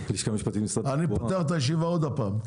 אני פותח את הישיבה עוד פעם.